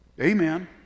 Amen